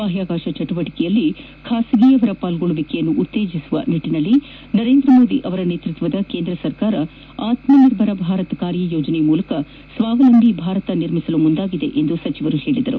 ಬಾಹ್ಯಾಕಾಶ ಚಟುವಟಿಕೆಗಳಲ್ಲಿ ಖಾಸಗಿಯವರ ಭಾಗವಹಿಸುವಿಕೆಯನ್ನು ಉತ್ತೇಜಿಸುವ ನಿಟ್ಟಿನಲ್ಲಿ ನರೇಂದ ಮೋದಿ ಅವರ ನೇತ್ವತ್ನದ ಕೇಂದ ಸರ್ಕಾರ ಆತ್ಮನಿರ್ಭರ ಭಾರತ ಕಾರ್ಯ ಯೋಜನೆ ಮೂಲಕ ಸ್ವಾವಲಂಬಿ ಭಾರತ ನಿರ್ಮಿಸಲು ಮುಂದಾಗಿದೆ ಎಂದು ಅವರು ಹೇಳಿದರು